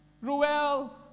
Ruel